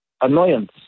annoyance